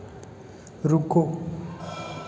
रुको